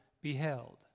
beheld